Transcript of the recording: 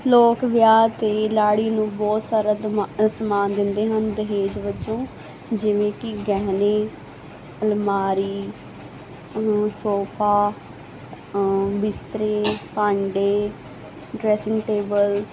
ਲੋਕ ਵਿਆਹ ਤੇ ਲਾੜੀ ਨੂੰ ਬਹੁਤ ਸਾਰਾ ਸਮਾਨ ਦਿੰਦੇ ਹਨ ਦਹੇਜ ਵੱਜੋਂ ਜਿਵੇਂ ਕਿ ਗਹਿਣੇ ਅਲਮਾਰੀ ਨੂੰ ਸੋਫਾ ਬਿਸਤਰੇ ਭਾਂਡੇ ਡਰੈਸਿੰਗ ਟੇਬਲ